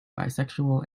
bisexual